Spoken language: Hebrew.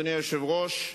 אדוני היושב-ראש,